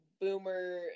Boomer